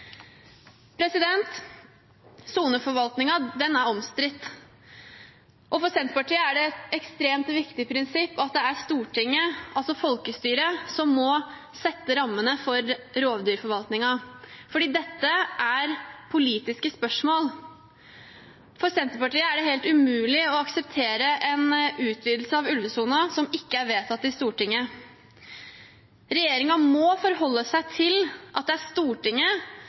er omstridt. For Senterpartiet er det et ekstremt viktig prinsipp at det er Stortinget, altså folkestyret, som må sette rammene for rovdyrforvaltningen, for dette er politiske spørsmål. For Senterpartiet er det helt umulig å akseptere en utvidelse av ulvesonen dersom den ikke er vedtatt i Stortinget. Regjeringen må forholde seg til at det er Stortinget